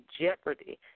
jeopardy